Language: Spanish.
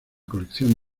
colección